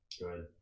Good